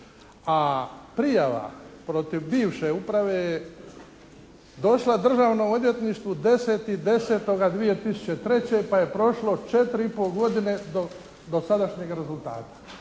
a prijava protiv bivše uprave je došla državnom odvjetništvu 10.10.2003. pa je prošlo 4,5 godine do dosadašnjeg rezultata.